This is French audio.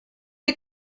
est